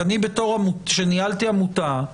כשאני ניהלתי עמותה,